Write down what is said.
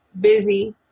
busy